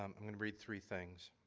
um i'm going to read three things.